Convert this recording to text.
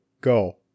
go